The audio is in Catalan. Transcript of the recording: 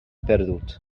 perdut